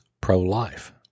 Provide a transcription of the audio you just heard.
pro-life